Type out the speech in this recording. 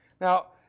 Now